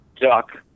duck